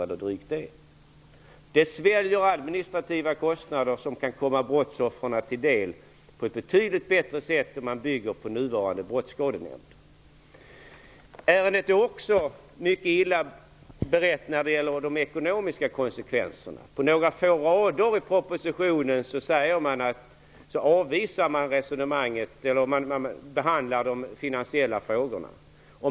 Pengarna som då går till administrativa kostnader skulle kunna komma brottsoffren till del på ett betydligt bättre sätt om man bygger på nuvarande brottsskadenämnd. Ärendet är också mycket illa berett när det gäller de ekonomiska konsekvenserna. På några få rader i propositionen behandlar man de finansiella frågorna.